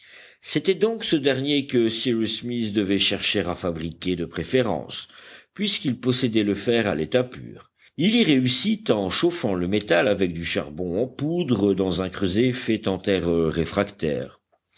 c'était donc ce dernier que cyrus smith devait chercher à fabriquer de préférence puisqu'il possédait le fer à l'état pur il y réussit en chauffant le métal avec du charbon en poudre dans un creuset fait en terre réfractaire